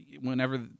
whenever